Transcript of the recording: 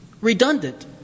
redundant